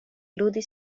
ludi